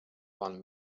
one